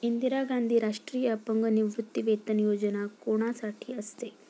इंदिरा गांधी राष्ट्रीय अपंग निवृत्तीवेतन योजना कोणासाठी असते?